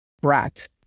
Brat